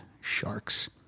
Sharks